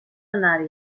anar